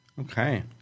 Okay